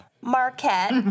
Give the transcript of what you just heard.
Marquette